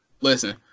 listen